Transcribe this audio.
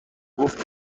گفت